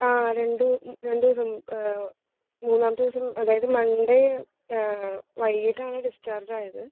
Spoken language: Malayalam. ആ രണ്ട് രണ്ടുദിവസം മൂന്നാമത്തെ ദിവസം അതായത് മൺഡേ വൈകിട്ടാണ് ഡിസ്ചാർജ് ആയത്